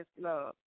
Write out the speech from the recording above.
love